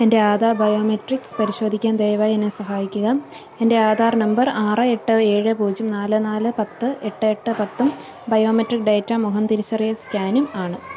എൻ്റെ ആധാർ ബയോമെട്രിക്സ് പരിശോധിക്കാൻ ദയവായി എന്നെ സഹായിക്കുക എൻ്റെ ആധാർ നമ്പർ ആറ് എട്ട് ഏഴ് പൂജ്യം നാല് നാല് പത്ത് എട്ട് എട്ട് പത്തും ബയോമെട്രിക് ഡാറ്റ മുഖം തിരിച്ചറിയൽ സ്കാനും ആണ്